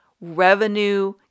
revenue